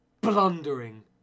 blundering